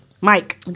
Mike